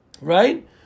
Right